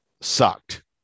sucked